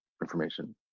information